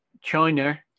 china